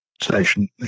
station